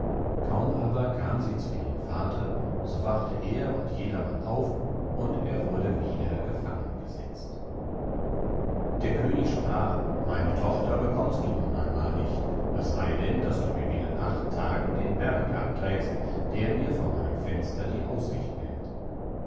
kaum aber kam sie zu ihrem vater so wachte er und jedermann auf und er wurde wieder gefangen gesetzt der könig sprach meine tochter bekommst du nun einmal nicht es sey denn daß du mir binnen acht tagen den berg abträgst der mir vor meinem fenster die aussicht nimmt